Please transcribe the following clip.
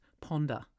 ponder